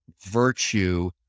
virtue